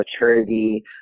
maturity